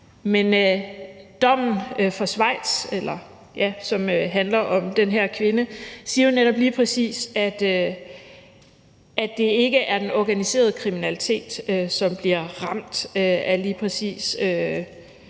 Men dommen vedrørende Schweiz, som handler om den her kvinde, siger jo netop lige præcis, at det ikke er den organiserede kriminalitet, som bliver ramt af lige præcis